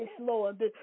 Lord